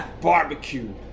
Barbecue